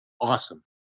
awesome